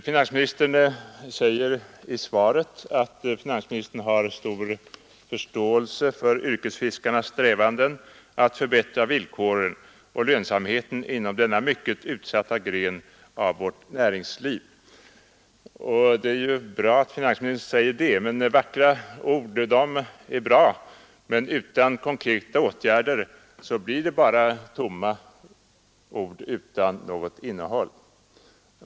Finansministern säger i svaret att han har stor förståelse för yrkesfiskarnas strävanden att förbättra villkoren och lönsamheten inom denna mycket utsatta gren av vårt näringsliv. Det är bra att finansministern säger det, men utan konkreta åtgärder blir de vackra orden tomma och utan något innehåll.